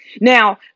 Now